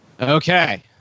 Okay